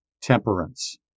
temperance